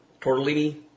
Tortellini